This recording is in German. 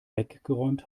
weggeräumt